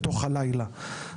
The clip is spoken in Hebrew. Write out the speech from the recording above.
לתוך הלילה.